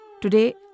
Today